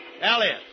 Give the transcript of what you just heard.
Elliot